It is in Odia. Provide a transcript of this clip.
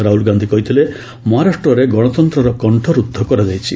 ରାହୁଲ୍ ଗାନ୍ଧି କହିଥିଲେ ମହାରାଷ୍ଟ୍ରରେ ଗଣତନ୍ତ୍ରର କକ୍ଷରୁଦ୍ଧ କରାଯାଇଛି